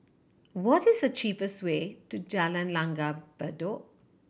what is the cheapest way to Jalan Langgar Bedok